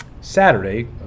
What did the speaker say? Saturday